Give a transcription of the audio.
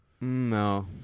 no